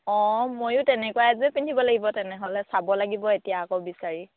অঁ ময়ো তেনেকুৱা এজোৰে পিন্ধিব লাগিব তেনেহ'লে চাব লাগিব এতিয়া আকৌ বিচাৰি